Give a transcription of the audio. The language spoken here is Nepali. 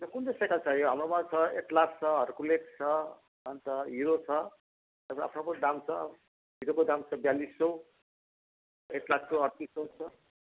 ए कुन चाहिँ साइकल चाहियो हाम्रोमा छ एटलास छ हर्कुलस छ अन्त हिरो छ आफ्नो आफ्नो दाम छ हिरोको दाम चाहिँ बयालिस सय एटलासको अठतिस सय छ